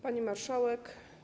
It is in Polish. Pani Marszałek!